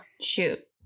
shoot